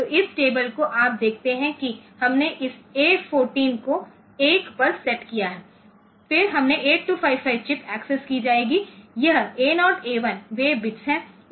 तो इस टेबल को आप देखते हैं कि हमने इस A14 को 1 पर सेट किया है फिर हमारी 8255 चिप एक्सेस की जाएगी और यह A 0 A 1 वे बिट्स 1 हैं